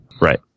Right